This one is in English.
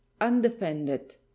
undefended